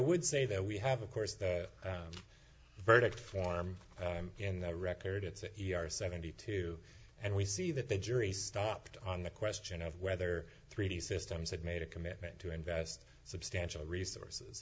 would say that we have of course the verdict form in the record at the e r seventy two and we see that the jury stopped on the question of whether three d systems had made a commitment to invest substantial resources